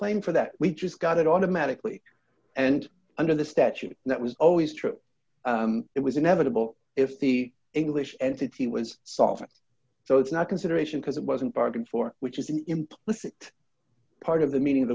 claim for that we just got it automatically and under the statute that was always true it was inevitable if the english entity was solvent so it's not consideration because it wasn't bargained for which is an implicit part of the meaning of